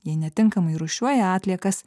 jei netinkamai rūšiuoja atliekas